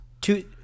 two